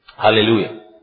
Hallelujah